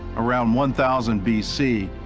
around one thousand b c,